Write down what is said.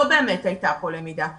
לא בדיוק הייתה פה למידה.